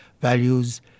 values